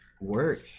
work